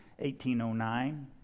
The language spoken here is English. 1809